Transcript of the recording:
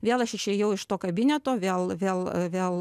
vėl aš išėjau iš to kabineto vėl vėl vėl